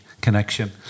connection